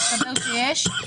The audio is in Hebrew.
מסתבר שיש.